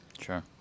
sure